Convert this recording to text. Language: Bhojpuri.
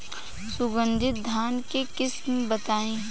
सुगंधित धान के किस्म बताई?